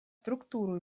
структуру